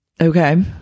Okay